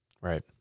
Right